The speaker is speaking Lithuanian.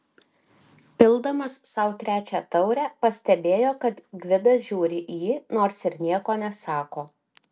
pildamas sau trečią taurę pastebėjo kad gvidas žiūri į jį nors ir nieko nesako